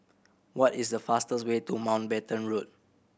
what is the fastest way to Mountbatten Road